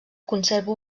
conserva